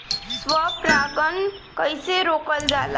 स्व परागण कइसे रोकल जाला?